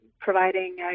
providing